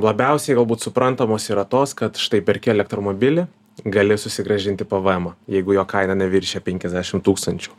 labiausiai galbūt suprantamos yra tos kad štai perki elektromobilį gali susigrąžinti pvmą jeigu jo kaina neviršija penkiasdešim tūkstančių